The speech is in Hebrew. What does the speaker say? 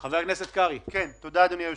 תודה, אדוני היושב-ראש.